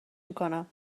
میکنم